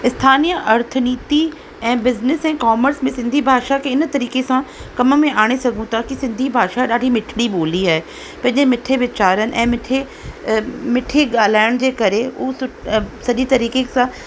स्थानीय अर्थ नीति ऐं बिज़निस ऐं कॉमर्स में सिंधी भाषा खे इन तरीक़े सां कम में आणे सघूं था की सिंधी भाषा ॾाढी मिठिड़ी ॿोली आहे पंहिंजे मिठे विचारनि ऐं मिठे मिठे ॻाल्हाइण जे करे उहा सु सॼे तरीक़े सां